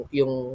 yung